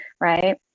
right